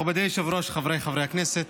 מכובדי היושב-ראש, חבריי חברי הכנסת,